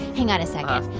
hang on a second.